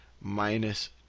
minus